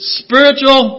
spiritual